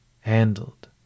handled